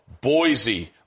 Boise